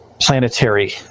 planetary